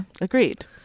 agreed